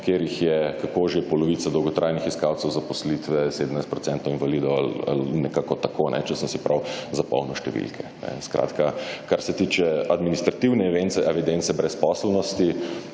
kjer jih je, kako že, polovica dolgotrajnih iskalcev zaposlitve, 17 % invalidov ali nekako tako, če sem si prav zapomnil številke. Skratka kar se tiče administrativne evidence brezposelnosti,